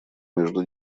между